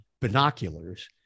binoculars